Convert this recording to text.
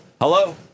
Hello